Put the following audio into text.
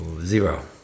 Zero